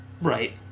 Right